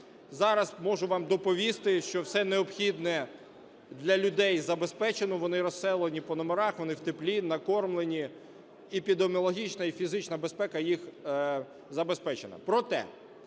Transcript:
Зараз можу вам доповісти, що все необхідне для людей забезпечено, вони розселені по номерах, вони в теплі, накормлені, і епідеміологічна, і фізична безпека їм забезпечена.